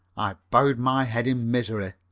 i bowed my head in misery,